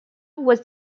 was